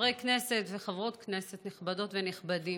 חברי כנסת וחברות כנסת נכבדות ונכבדים,